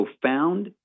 profound